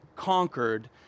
conquered